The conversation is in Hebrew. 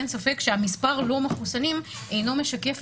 אין ספק שמספר הלא מחוסנים אינו משקף